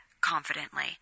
confidently